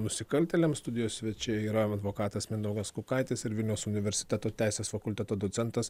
nusikaltėliams studijos svečiai yra advokatas mindaugas kukaitis ir vilniaus universiteto teisės fakulteto docentas